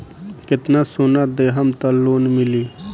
कितना सोना देहम त लोन मिली?